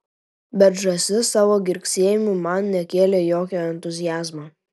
bet žąsis savo girgsėjimu man nekėlė jokio entuziazmo